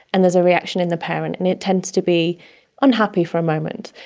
and there's a reaction in the parent and it tends to be unhappy for a moment.